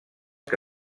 que